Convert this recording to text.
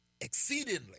exceedingly